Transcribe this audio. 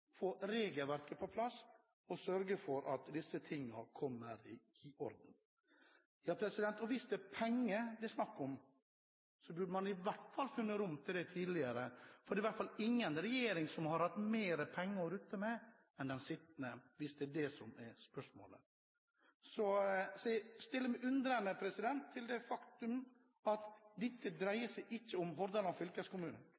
få disse tingene opp på bordet, få regelverket på plass og sørge for at disse tingene kommer i orden. Hvis det er penger det er snakk om, burde man i hvert fall funnet rom til det tidligere. Det er i hvert fall ingen tidligere regjering som har hatt mer penger å rutte med enn den sittende, hvis det er det som er spørsmålet. Jeg stiller meg undrende til dette faktum: Dette dreier seg ikke om Hordaland fylkeskommune. Det